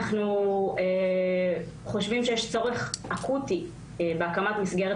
אנחנו חושבים שיש צורך אקוטי בהקמת מסגרת